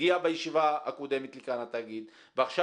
הגיע בישיבה הקודמת לכאן התאגיד ועכשיו